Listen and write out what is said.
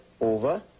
over